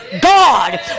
God